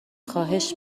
خواهش